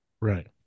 Right